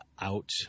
out